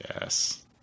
Yes